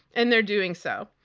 and they're doing so.